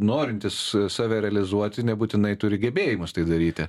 norintis save realizuoti nebūtinai turi gebėjimus tai daryti